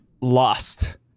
lost